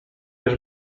już